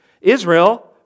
Israel